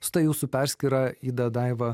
šita jūsų perskyra ida daiva